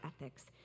ethics